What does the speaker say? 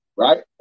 Right